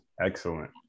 Excellent